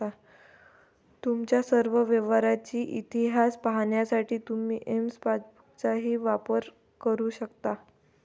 तुमच्या सर्व व्यवहारांचा इतिहास पाहण्यासाठी तुम्ही एम पासबुकचाही वापर करू शकता